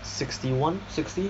sixty one sixty